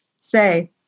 say